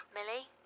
Millie